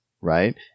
Right